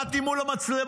עמדתי מול המצלמות.